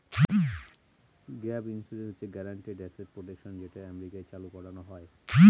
gap insurance হচ্ছে guaranteed asset protection যেটা আমেরিকায় চালু করানো হয়